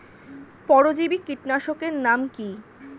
পরজীবী কীটনাশকের নাম কি?